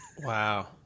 Wow